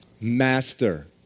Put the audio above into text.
Master